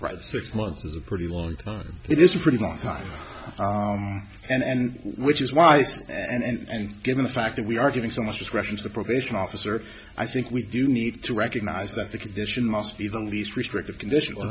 right six months is a pretty long time it is a pretty long time and which is why i said that and given the fact that we are getting so much discretion to the probation officer i think we do need to recognize that the condition must be the least restrictive condition o